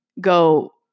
go